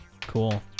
Cool